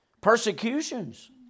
persecutions